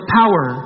power